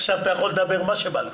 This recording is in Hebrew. עכשיו אתה יכול לדבר מה שבא לך.